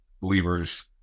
believers